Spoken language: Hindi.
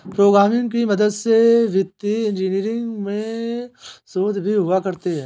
प्रोग्रामिंग की मदद से वित्तीय इन्जीनियरिंग में शोध भी हुआ करते हैं